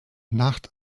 nacht